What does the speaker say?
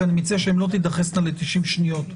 כי אני מציע שהן לא תידחסנה ל-90 שניות.